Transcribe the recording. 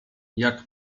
jak